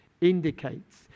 indicates